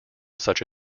such